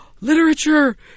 literature